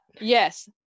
Yes